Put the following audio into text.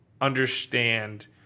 understand